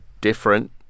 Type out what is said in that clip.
different